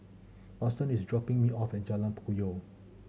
Auston is dropping me off at Jalan Puyoh